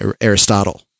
Aristotle